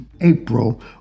April